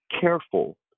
careful